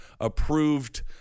approved